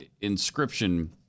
inscription